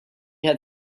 had